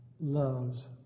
loves